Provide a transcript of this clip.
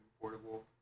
portable